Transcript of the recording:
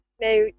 Now